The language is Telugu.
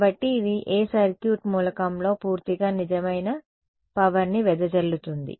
కాబట్టి ఇది ఏ సర్క్యూట్ మూలకంలో పూర్తిగా నిజమైన పవర్ ని వెదజల్లుతుంది